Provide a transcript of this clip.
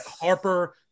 Harper